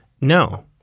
No